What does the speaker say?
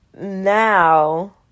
now